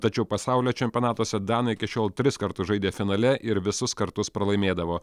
tačiau pasaulio čempionatuose danai iki šiol tris kartus žaidė finale ir visus kartus pralaimėdavo